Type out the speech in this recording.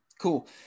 cool